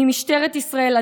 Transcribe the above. ממשטרת ישראל,